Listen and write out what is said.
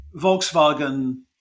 Volkswagen